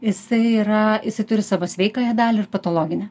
jisai yra jisai turi savo sveikąją dalį ir patologinę